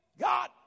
God